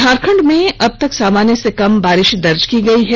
झारखंड में अबतक सामान्य से कम बारिश दर्ज की गयी है